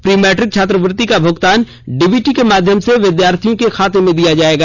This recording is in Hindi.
प्री मैट्रिक छात्रवृत्ति का भुगतान डीबीटी के माध्यम से विद्यार्थियों के खाते में दिया जायेगा